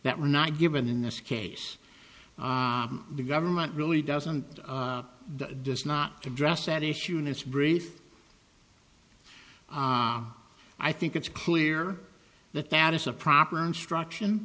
that were not given in this case the government really doesn't does not to address that issue in its brief i think it's clear that that is a proper instruction